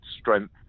strength